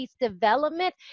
development